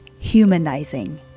humanizing